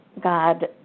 God